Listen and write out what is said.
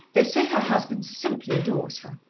they say her husband simply adores her.